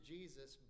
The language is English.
Jesus